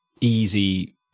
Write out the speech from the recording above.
easy